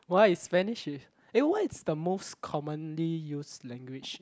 why is Spanish is eh what is the most commonly used language